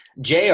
Jr